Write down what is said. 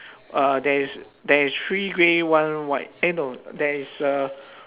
uh there is there is three grey one white eh no there is uh